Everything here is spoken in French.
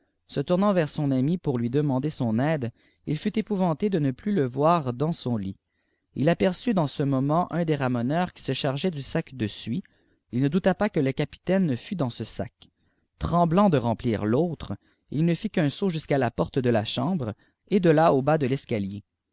se tournant vers son ami pour lui demander son aide il fut pouvante de ne plus le voir dans son lit il aperçut dans ce moment un des ramoneurs qui se chargeait du sac de suie il ne douta pas que le capitaine ne mt dans ce sac tremblant de remplir l'autre il ne fit qu'un saut jusqu'à la porte de la chambre et de là au bas de l'escalier